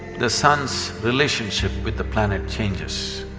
the sun's relationship with the planet changes.